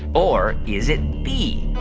or is it b,